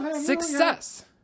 Success